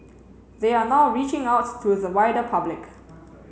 they are now reaching out to the wider public